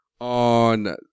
on